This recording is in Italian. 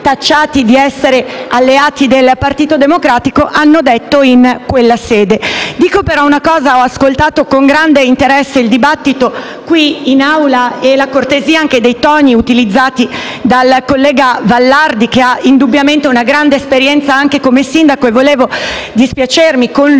di essere alleati del Partito Democratico - hanno detto in quella sede. Ho ascoltato con grande interesse il dibattito qui in Aula e anche la cortesia dei toni utilizzati dal collega Vallardi, che indubbiamente ha una grande esperienza come sindaco, e volevo dispiacermi con lui,